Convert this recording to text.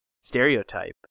stereotype